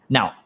Now